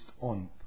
on